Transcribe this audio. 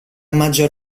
maggior